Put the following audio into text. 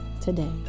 today